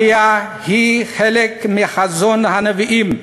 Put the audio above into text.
עלייה היא חלק מחזון הנביאים,